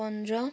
पन्ध्र